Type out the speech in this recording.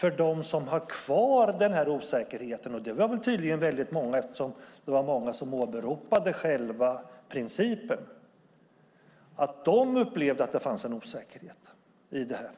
Jag tänker på dem som har kvar den här osäkerheten. Det var tydligen många, eftersom det var många som åberopade själva principen, som upplevde att det fanns en osäkerhet i det här.